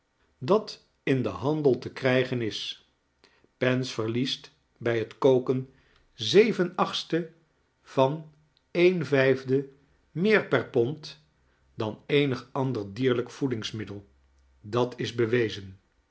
dat in den handel te krijgen is pens verliest bij het koken zeven-aohtste van een vijfde meer per pond dan eenig ander dierlijk voedingsmiddel dat is bewezen